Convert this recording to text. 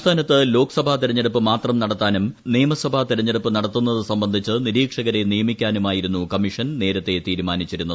സംസ്ഥാനത്ത് ലോക്സഭാ തെരഞ്ഞെടുപ്പ് മാത്രം നടത്താനും നിയമസഭാ തെരഞ്ഞെടുപ്പ് നടത്തുന്നത് സംബന്ധിച്ച് നിരീക്ഷരെ നിയമിക്കാനുമായിരുന്നു കമ്മീഷൻ നേരത്തെ തീരുമാനിച്ചിരുന്നത്